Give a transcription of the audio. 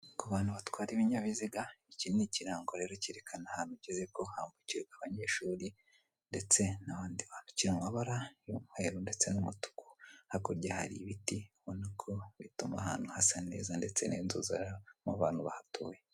Ku bantu batwara ibinyabiziga iki ni ikirango rero cyerekana ahantu ugeze ko hambukirwa abanyeshuri ndetse n'abandi bantu kiri mu mabara y'umweru ndetse n'umutuku hakurya hari ibiti ubonako bituma ahantu hasa neza ndetse n'inzu z'abantu bahatuye.